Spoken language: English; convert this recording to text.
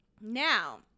Now